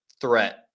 threat